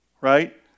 right